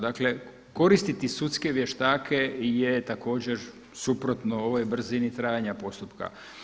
Dakle koristiti sudske vještake je također suprotno ovoj brzini trajanja postupka.